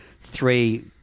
three